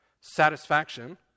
satisfaction